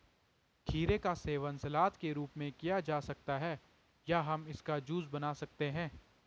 खीरे का सेवन सलाद के रूप में किया जा सकता है या हम इसका जूस बना सकते हैं